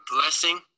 blessing